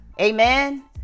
Amen